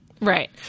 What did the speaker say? Right